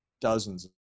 dozens